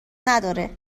نداره